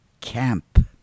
camp